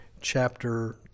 chapter